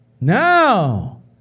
Now